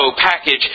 package